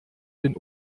den